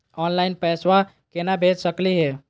Online पैसवा केना भेज सकली हे?